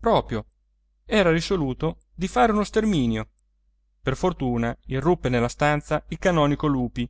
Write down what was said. proprio era risoluto di fare uno sterminio per fortuna irruppe nella stanza il canonico lupi